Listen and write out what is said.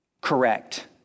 correct